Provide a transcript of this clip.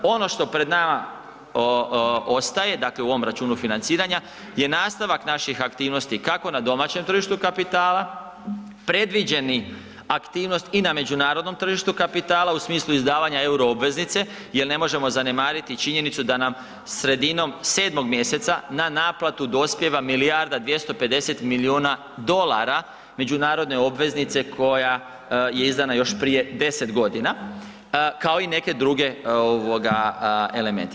Ono što pred nama ostaje, dakle u ovom računu financiranja je nastavak naših aktivnosti kako na domaćem tržištu kapitala, predviđena aktivnost i na međunarodnom tržištu kapitala u smislu izdavanja euro obveznice jer ne možemo zanemariti činjenicu da nam sredinom 7.mjeseca na naplatu dospijeva milijarda 250 milijuna dolara međunarodne obveznice koja je izdana još prije 10 godina kao i neki drugi elementi.